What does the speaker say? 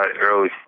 early